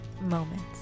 moments